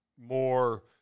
more